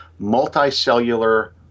multicellular